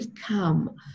come